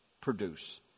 produce